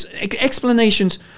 explanations